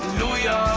lujah